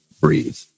Breathe